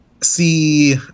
see